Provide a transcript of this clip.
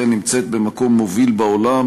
ישראל נמצאת במקום מוביל בעולם,